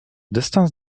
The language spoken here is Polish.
dystans